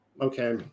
Okay